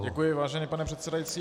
Děkuji, vážený pane předsedající.